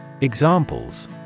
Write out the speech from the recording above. Examples